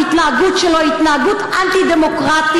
ההתנהגות שלו היא התנהגות אנטי-דמוקרטית,